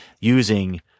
using